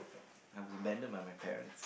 I was abandoned by my parent